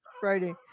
Friday